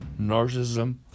narcissism